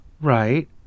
Right